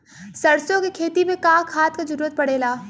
सरसो के खेती में का खाद क जरूरत पड़ेला?